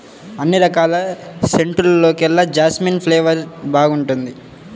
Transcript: అన్ని రకాల సెంటుల్లోకెల్లా జాస్మిన్ ఫ్లేవర్ బాగుంటుంది